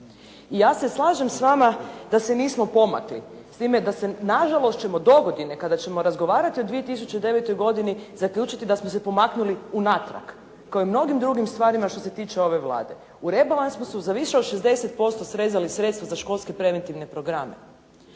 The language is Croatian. I ja se slažem s vama da se nismo pomakli, s time da se nažalost ćemo dogodine kada ćemo razgovarati o 2009. godini zaključiti da smo se pomaknuli unatrag kao i u mnogim drugim stvarima što se tiče ove Vlade. U rebalansu su za više od 60% srezali sredstva za školske preventivne programe